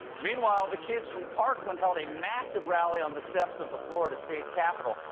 meanwhile, the kids from parkland held a massive rally on the steps of the florida state capitol.